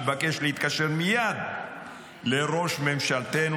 מתבקש להתקשר מייד לראש ממשלתנו,